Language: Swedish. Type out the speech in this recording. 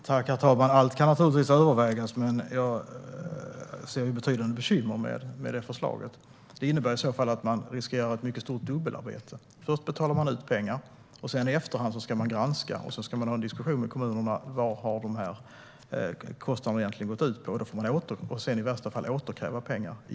Herr talman! Allt kan naturligtvis övervägas, men jag ser betydande bekymmer med detta förslag. Det skulle innebära att man riskerar ett mycket stort dubbelarbete - först betalar man ut pengar, och i efterhand ska man granska och ha en diskussion med kommunerna om vad dessa kostnader egentligen har gått ut på. I värsta fall får man också återkräva pengar.